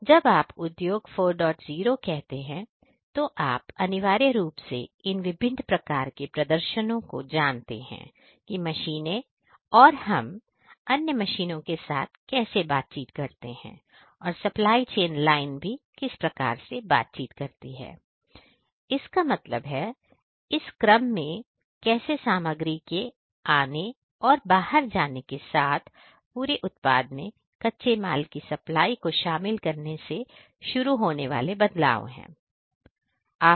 जब आप उद्योग 40 कहते हैं तो आप अनिवार्य रूप से आप इन विभिन्न प्रकार के प्रदर्शनों को जानते हैं कि मशीनें और हम अन्य मशीन के साथ कैसे बातचीत करते हैं और सप्लाई चैन लाइन भी इसका मतलब है इस क्रम में कैसे सामग्री के आने और बाहर जाने के साथ पूरे उत्पाद में कच्चे माल की सप्लाई को शामिल करने से शुरू होने वाले बदलाव है